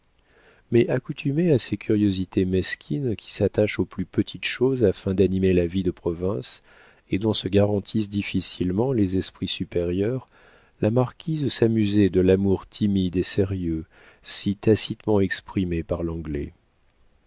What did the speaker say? mais accoutumée à ces curiosités mesquines qui s'attachent aux plus petites choses afin d'animer la vie de province et dont se garantissent difficilement les esprits supérieurs la marquise s'amusait de l'amour timide et sérieux si tacitement exprimé par l'anglais